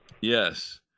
Yes